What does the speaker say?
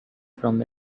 from